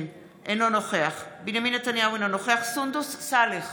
נוכח בנימין נתניהו, אינו נוכח סונדוס סאלח,